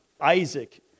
Isaac